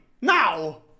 Now